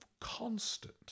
constant